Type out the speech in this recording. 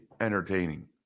entertaining